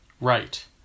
Right